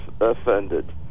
offended